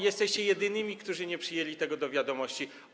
Jesteście jedynymi, którzy nie przyjęli tego do wiadomości.